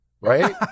right